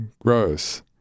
Gross